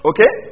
Okay